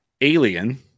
alien